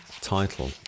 title